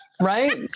Right